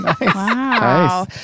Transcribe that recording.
Wow